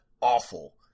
awful